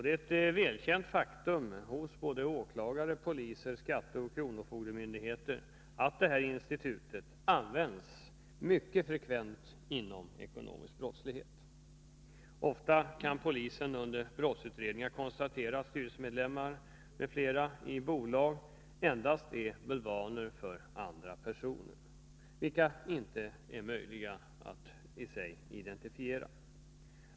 Ett välkänt faktum hos polis, åklagare samt skatteoch kronofogdemyndigheter är att detta institut används mycket frekvent för ekonomisk brottslighet. Ofta kan polisen under brottsutredningen konstatera att styrelseledamöter i ett bolag endast är bulvaner för andra personer, vilka inte är möjliga att i sig identifiera.